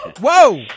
Whoa